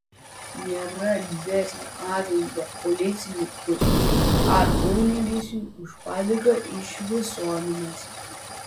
nėra didesnio atlygio policininkui ar ugniagesiui už padėką iš visuomenės